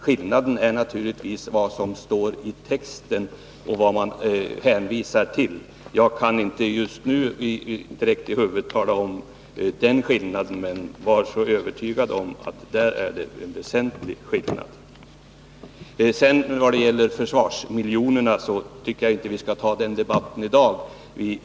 Avgörande är naturligtvis vad som står i texten och vad man hänvisar till. Jag kan just nu på rak arm inte ange den skillnaden, men var så övertygad om att det är en väsentlig skillnad. När det gäller försvarsmiljonerna tycker jag inte att vi skall ta den debatten i dag.